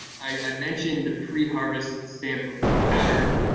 i mentioned the pre-harvest sampling pattern.